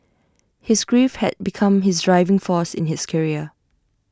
his grief had become his driving force in his career